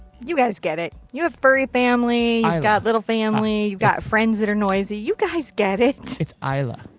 you guys get it. you have furry family. you got little family. you got friends that are noisy. you guys get it. it's eye-lah.